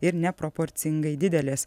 ir neproporcingai didelės